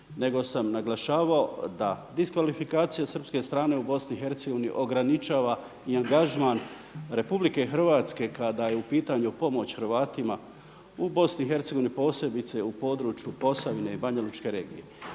nego sam naglašavao da diskvalifikacija srpske strane u BiH ograničava i angažman RH kada je u pitanju pomoć Hrvatima u BiH posebice u području Posavine i Banjalučke regije.